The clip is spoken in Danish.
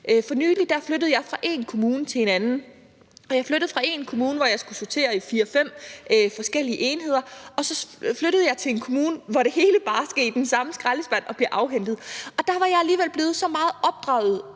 For nylig flyttede jeg fra en kommune til en anden, og jeg flyttede fra en kommune, hvor jeg skulle sortere i fire-fem forskellige enheder, til en kommune, hvor det hele bare skal i den samme skraldespand og bliver afhentet. Der var jeg alligevel blevet så meget opdraget som